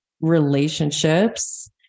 relationships